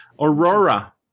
Aurora